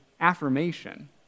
affirmation